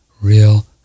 Real